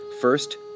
First